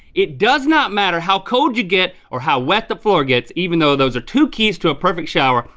it does not matter how cold you get or how wet the floor gets even though those are two keys to a perfect shower.